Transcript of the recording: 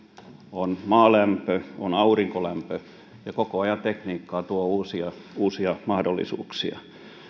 on maalämpö on aurinkolämpö ja koko ajan tekniikka tuo uusia uusia mahdollisuuksia